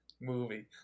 movie